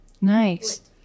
Nice